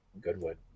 Goodwood